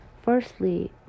Firstly